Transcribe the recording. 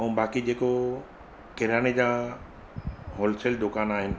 ऐं बाक़ी जेको किराने जा होलसेल दुकान आहिनि